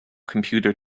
computer